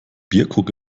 bierkrug